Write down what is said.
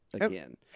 again